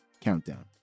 countdown